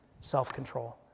self-control